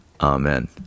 Amen